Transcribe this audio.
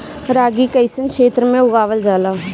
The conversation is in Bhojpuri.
रागी कइसन क्षेत्र में उगावल जला?